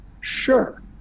Sure